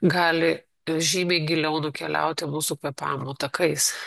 gali žymiai giliau nukeliauti mūsų kvėpavimo takais